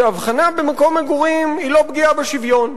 שההבחנה במקום מגורים היא לא פגיעה בשוויון,